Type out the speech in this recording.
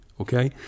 okay